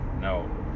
No